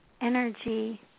energy